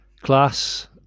class